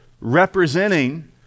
representing